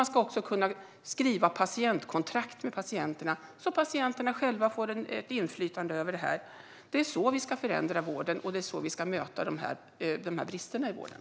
Man ska också kunna skriva patientkontrakt med patienterna, så att patienterna själva får inflytande över detta. Det är så vi ska förändra vården, och det är så vi ska möta bristerna i vården.